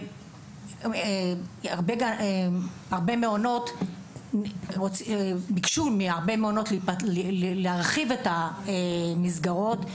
הרבה מעונות נדרשו להרחיב את המסגרות,